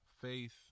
faith